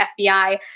FBI